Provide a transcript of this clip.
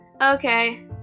okay